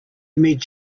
meet